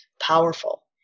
powerful